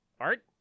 Art